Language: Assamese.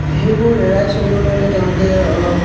সেইবোৰ এৰাই চলিবলৈ হ'লে তেওঁলোকে অলপ